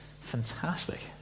fantastic